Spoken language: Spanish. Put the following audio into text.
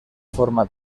forma